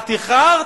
את איחרת,